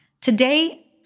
Today